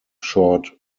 short